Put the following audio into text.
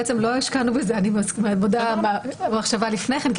בעצם לא השקענו בזה עבודה ומחשבה לפני כן,